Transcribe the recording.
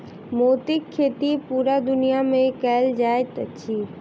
मोतीक खेती पूरा दुनिया मे कयल जाइत अछि